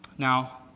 Now